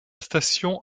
station